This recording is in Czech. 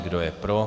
Kdo je pro?